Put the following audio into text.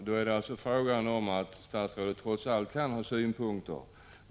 Fru talman! Statsrådet kan alltså trots allt ha synpunkter.